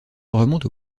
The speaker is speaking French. remonte